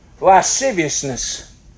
lasciviousness